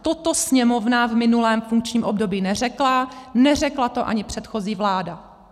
Toto Sněmovna v minulém funkčním období neřekla, neřekla to ani předchozí vláda.